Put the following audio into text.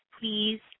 please